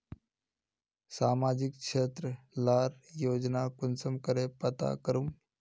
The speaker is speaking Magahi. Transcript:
सामाजिक क्षेत्र लार योजना कुंसम करे पता करूम?